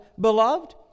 Beloved